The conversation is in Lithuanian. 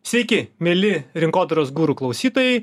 sveiki mieli rinkodaros guru klausytojai